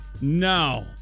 no